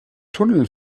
tunnel